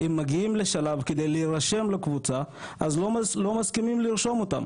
אם מגיעים לשלב כדי להירשם לקבוצה אז לא מסכימים לרשום אותם